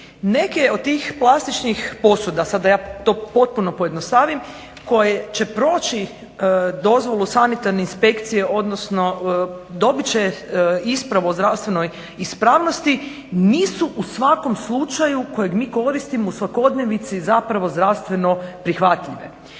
Neke od tih plastičnih posuda sad da ja to potpuno pojednostavim koje će proći dozvolu sanitarne inspekcije odnosno dobit će ispravu o zdravstvenoj ispravnosti, nisu u svakom slučaju kojeg mi koristimo u svakodnevici zapravo zdravstveno prihvatljive.